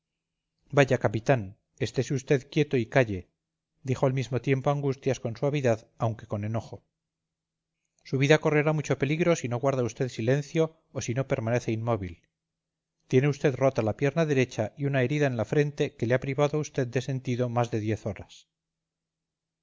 vaya capitán estese usted quieto y calle dijo al mismo tiempo angustias con suavidad aunque con enojo su vida correrá mucho peligro si no guarda usted silencio o si no permanece inmóvil tiene usted rota la pierna derecha y una herida en la frente que le ha privado a usted de sentido más de diez horas